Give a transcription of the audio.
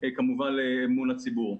כמובן לאמון הציבור.